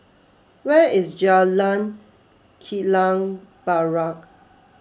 where is Jalan Kilang Barat